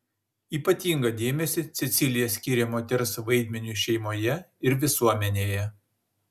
ypatingą dėmesį cecilija skyrė moters vaidmeniui šeimoje ir visuomenėje